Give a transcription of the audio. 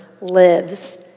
lives